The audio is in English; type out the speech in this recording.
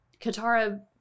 Katara